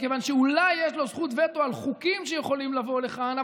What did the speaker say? מכיוון שאולי יש לו זכות וטו על חוקים שיכולים לבוא לכאן,